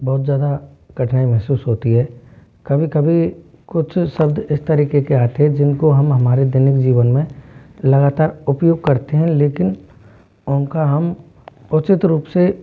बहुत ज़्यादा कठिनाई महसूस होती है कभी कभी कुछ शब्द इस तरीक़े के आते हैं जिन को हम हमारे दैनिक जीवन में लगातार उपयोग करते हैं लेकिन उनका हम उचित रूप से